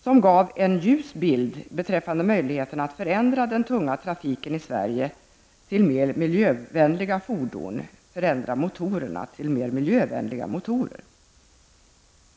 som gav en ljus bild beträffande möjligheterna att förändra den tunga trafiken i Sverige så att den blir mer miljövänlig, dvs. ersätta motorerna med mer miljövänlig sådana.